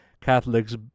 catholics